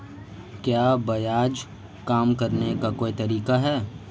क्या ब्याज कम करने का कोई तरीका है?